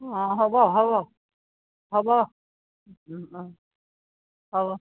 অঁ হ'ব হ'ব হ'ব হ'ব